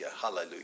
hallelujah